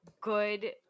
good